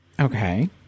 Okay